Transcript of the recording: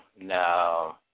No